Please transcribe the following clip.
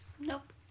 Nope